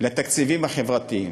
לתקציבים החברתיים,